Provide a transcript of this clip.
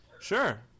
Sure